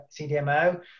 CDMO